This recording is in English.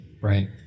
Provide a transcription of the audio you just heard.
Right